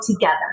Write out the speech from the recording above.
together